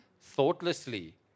thoughtlessly